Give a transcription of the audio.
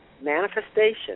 manifestation